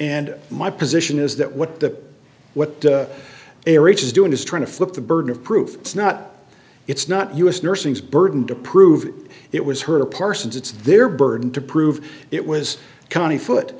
and my position is that what the what eric is doing is trying to flip the burden of proof it's not it's not us nursings burden to prove it was her parsons it's their burden to prove it was county foot